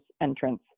entrance